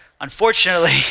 unfortunately